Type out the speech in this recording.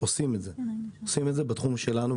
עושים את זה בתחום שלנו,